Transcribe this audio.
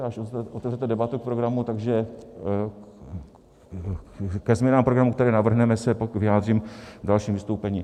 Až otevřete debatu k programu, takže ke změnám programu, které navrhneme, se pak vyjádřím v dalším vystoupení.